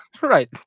Right